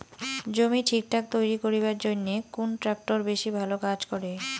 জমি ঠিকঠাক তৈরি করিবার জইন্যে কুন ট্রাক্টর বেশি ভালো কাজ করে?